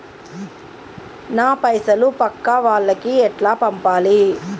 నా పైసలు పక్కా వాళ్లకి ఎట్లా పంపాలి?